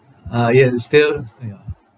ah yes it's still ah ya